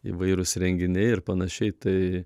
įvairūs renginiai ir panašiai tai